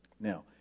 Now